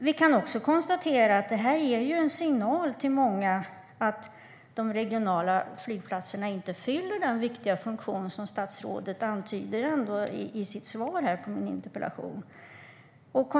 Vi kan också konstatera att det här ju ger en signal till många att de regionala flygplatserna inte fyller den viktiga funktion som statsrådet ändå antyder i sitt svar på min interpellation.